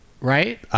Right